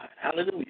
Hallelujah